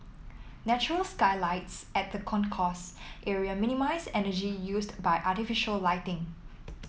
natural skylights at the concourse area minimise energy used by artificial lighting